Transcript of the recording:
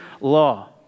law